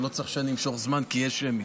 שהוא לא צריך שאני אמשוך זמן כי יש שמית.